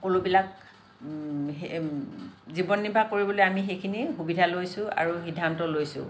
সকলোবিলাক সেই জীৱন নিৰ্বাহ কৰিবলৈ আমি সেইখিনি সুবিধা লৈছোঁ আৰু সিদ্ধান্ত লৈছোঁ